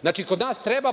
Znači, kod nas treba